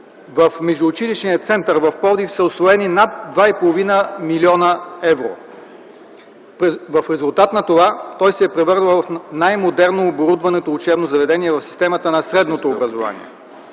в Междуучилищния център в Пловдив са усвоени над 2,5 млн. евро. В резултат на това той се е превърнал в най-модерно оборудваното учебно заведение в системата на средното образование.